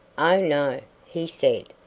oh, no, he said,